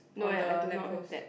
no eh I do not have that